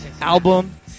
album